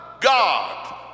God